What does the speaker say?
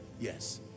Yes